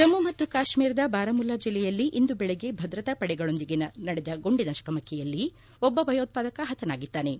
ಜಮ್ಮ ಮತ್ತು ಕಾಶ್ವೀರದ ಬಾರಾಮುಲ್ಲಾ ಜಿಲ್ಲೆಯಲ್ಲಿ ಇಂದು ಬೆಳಗ್ಗೆ ಭದ್ರತಾಪಡೆಗಳೊಂದಿಗೆ ನಡೆದ ಗುಂಡಿನ ಚಕಮಕಿಯಲ್ಲಿ ಒಬ್ಬ ಭಯೋತ್ಪಾದಕ ಚ ಹತನಾಗಿದ್ದಾನೆ